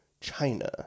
China